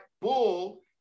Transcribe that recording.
bull